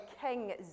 King